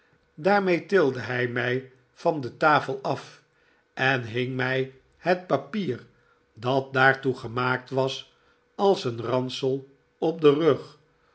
daarmee tilde hij mij van de tafel af en hing mij het papier dat daartoe gemaakt was als een ransel op den rug